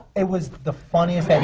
it was the funniest and